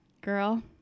Girl